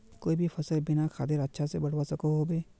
कोई भी सफल बिना खादेर अच्छा से बढ़वार सकोहो होबे?